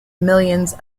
millions